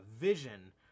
vision